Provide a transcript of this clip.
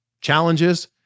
challenges